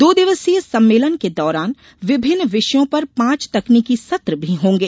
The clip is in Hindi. दो दिवसीय सम्मेलन के दौरान विभिन्न विषयों पर पांच तकनीकी सत्र भी होंगे